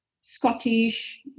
Scottish